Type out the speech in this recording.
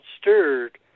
stirred